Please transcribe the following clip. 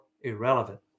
irrelevant